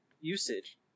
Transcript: Usage